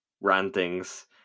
rantings